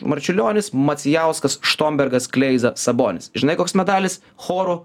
marčiulionis macijauskas štombergas kleiza sabonis žinai koks medalis choru